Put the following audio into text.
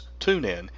TuneIn